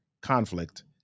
conflict